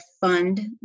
fund